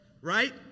Right